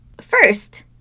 First